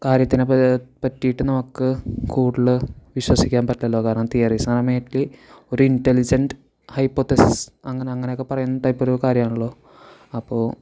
കാര്യത്തിനെ കൊ പറ്റിയിട്ട് നമുക്ക് കൂടുതൽ വിശ്വസിക്കാൻ പറ്റില്ലല്ലോ കാരണം തിയറീസ് ആർ മേയ്ൻലി ഒരു ഇൻ്റലിജൻറ്റ് ഹൈപ്പൊത്തെസിസ് അങ്ങനെ അങ്ങനെയൊക്കെ പറയുന്ന ടൈപ്പൊരു കാര്യമാണല്ലോ അപ്പോൾ